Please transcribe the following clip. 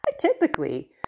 typically